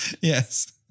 Yes